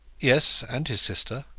yes, and his sister.